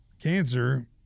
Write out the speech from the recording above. Cancer